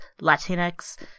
Latinx